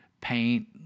paint